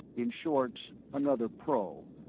in short, another pro,